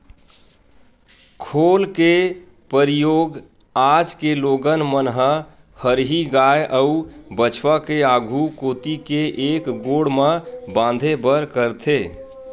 खोल के परियोग आज के लोगन मन ह हरही गाय अउ बछवा के आघू कोती के एक गोड़ म बांधे बर करथे